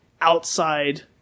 outside